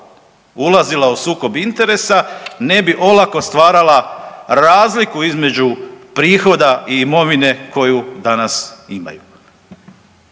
ulazila u sukob interesa, ne bi olako stvarala razliku između prihoda i imovine koju danas imaju.